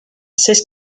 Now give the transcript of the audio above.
seize